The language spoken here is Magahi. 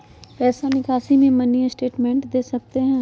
पैसा निकासी में मिनी स्टेटमेंट दे सकते हैं?